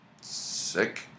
sick